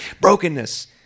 Brokenness